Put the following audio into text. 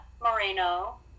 moreno